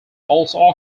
also